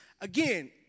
Again